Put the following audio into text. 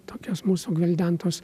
tokios mūsų gvildentos